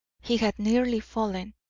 he had nearly fallen.